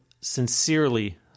sincerely